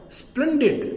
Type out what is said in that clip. splendid